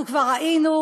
אנחנו כבר ראינו,